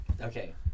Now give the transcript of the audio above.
Okay